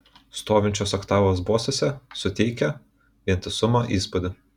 stovinčios oktavos bosuose suteikia vientisumo įspūdį